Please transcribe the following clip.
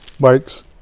Bikes